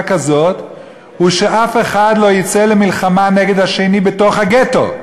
כזאת הוא שאף אחד לא יצא למלחמה נגד השני בתוך הגטו,